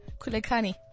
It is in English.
Kulekani